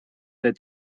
the